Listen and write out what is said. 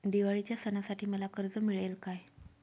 दिवाळीच्या सणासाठी मला कर्ज मिळेल काय?